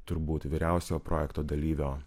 turbūt vyriausio projekto dalyvio